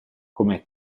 come